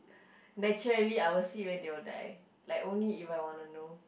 naturally I will see when they will die like only if I want to know